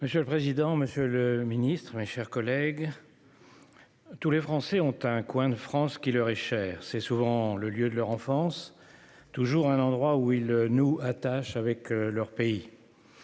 Monsieur le président, monsieur le ministre, mes chers collègues, tous les Français ont un coin de France qui leur est cher. C'est souvent le lieu de leur enfance, toujours un endroit où ils nouent attache avec leur pays.